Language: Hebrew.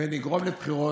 ונגרום לבחירות,